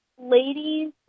ladies